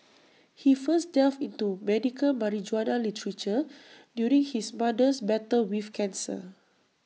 he first delved into medical marijuana literature during his mother's battle with cancer